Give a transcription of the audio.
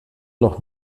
noch